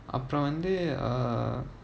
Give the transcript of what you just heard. அப்புறம் வந்து:appuram vanthu uh